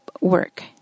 work